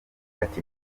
ati